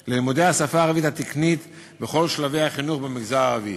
על לימודי השפה הערבית התקנית בכל שלבי החינוך במגזר הערבי.